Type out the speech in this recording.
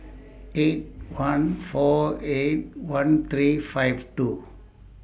eight one four eight one three five two